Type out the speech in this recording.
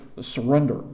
surrender